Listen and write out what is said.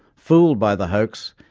fooled by the hoax,